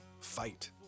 Fight